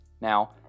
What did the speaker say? Now